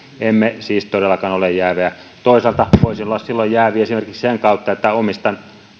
emme siis todellakaan ole jäävejä toisaalta voisin olla silloin jäävi esimerkiksi sen kautta että omistan